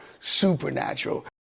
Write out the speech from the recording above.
supernatural